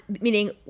meaning